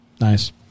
Nice